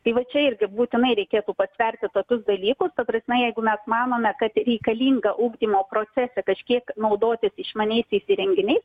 tai va čia irgi būtinai reikėtų pasverti tokius dalykus ta prasme jeigu mes manome kad reikalinga ugdymo procese kažkiek naudotis išmaniaisiais įrenginiais